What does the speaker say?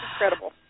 incredible